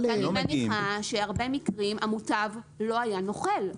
אני מניחה שבהרבה מקרים המוטב לא היה נוכל.